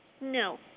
No